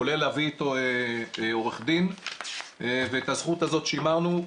כולל להביא אתו עורך דין ואת הזכות הזאת שימרנו,